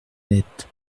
nette